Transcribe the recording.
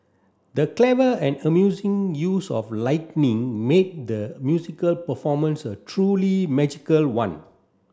the clever and amusing use of lightning made the musical performance a truly magical one